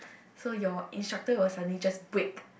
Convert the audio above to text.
so your instructor will suddenly just break